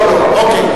אוקיי.